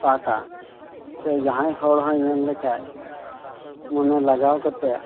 ᱯᱟᱴᱟ ᱥᱮ ᱡᱟᱦᱟᱸᱭ ᱦᱚᱲ ᱦᱚᱭ ᱧᱮᱞ ᱞᱮᱠᱷᱟᱡ ᱢᱚᱱᱮ ᱞᱟᱜᱟᱣ ᱠᱟᱛᱮ